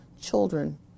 children